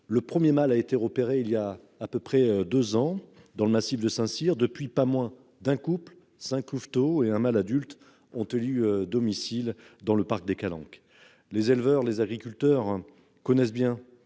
le 1er mal a été repéré il y a à peu près 2 ans dans le massif de Saint-Cyr depuis pas moins d'un couple cinq louveteaux et un mâle adulte ont élu domicile dans le parc des calanques. Les éleveurs, les agriculteurs connaissent bien